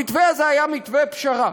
המתווה הזה היה מתווה פשרה.